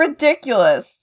Ridiculous